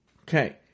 Okay